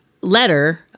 letter